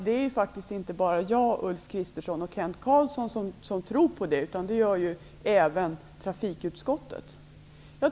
Det är inte bara jag, Ulf Kristersson och Kent Carlsson som tror på detta, utan det gör även trafikutskottet.